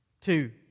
Two